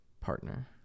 partner